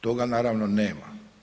Toga naravno nema.